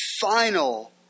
final